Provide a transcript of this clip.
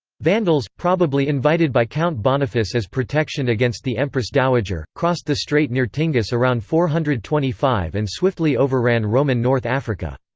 vandals, probably invited by count boniface as protection against the empress dowager, crossed the strait near tingis around four hundred and twenty five and swiftly overran roman north africa.